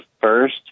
first